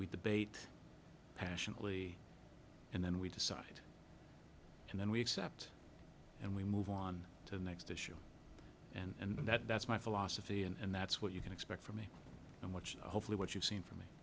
debate passionately and then we decide and then we accept and we move on to the next issue and that's my philosophy and that's what you can expect from me and which hopefully what you've seen from me